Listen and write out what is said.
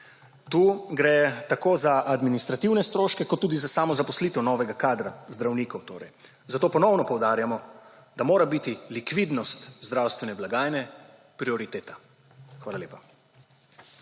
Tu gre tako za administrativne stroške kot tudi za samo zaposlitev novega kadra, zdravnikov torej. Zato ponovno poudarjamo, da mora biti likvidnost zdravstvene blagajne prioriteta. Hvala lepa.